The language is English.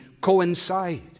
coincide